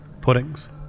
puddings